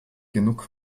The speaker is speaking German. genug